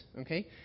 okay